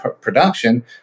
production